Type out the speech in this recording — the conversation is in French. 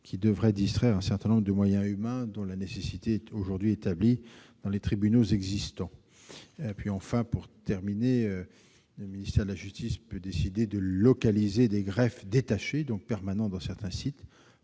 qui devrait distraire un certain nombre de moyens humains dont la nécessité est aujourd'hui établie dans les tribunaux existants. En cinquième et dernier lieu, le ministère de la justice peut décider de localiser des greffes détachés, donc permanents, dans certains sites,